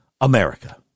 America